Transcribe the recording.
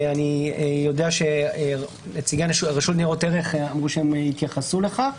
אני יודע שנציגי רשות ניירות ערך התייחסו לכך.